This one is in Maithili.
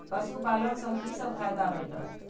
पशु पालन सँ कि सब फायदा भेटत?